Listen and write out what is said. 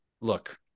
look –